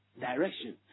direction